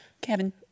Kevin